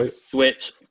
Switch